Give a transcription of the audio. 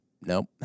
Nope